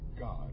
God